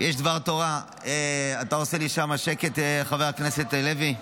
יש דבר תורה, אתה עושה לי שם שקט, חבר הכנסת הלוי?